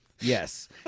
yes